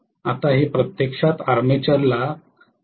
आता हे प्रत्यक्षात आर्मेचरला करणार आहे